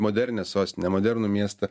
modernią sostinę modernų miestą